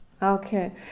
Okay